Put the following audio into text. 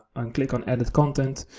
and click on edit content.